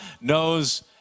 knows